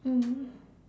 mm